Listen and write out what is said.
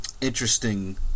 interesting